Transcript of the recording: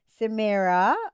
Samira